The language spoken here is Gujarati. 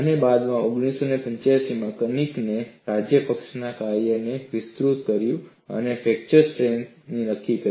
અને બાદમાં 1985 માં કનિનેને રાજપક્ષેના કાર્યને વિસ્તૃત કર્યું અને ફ્રેક્ચર સ્ટ્રેન્થ નક્કી કરી